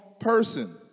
person